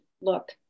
look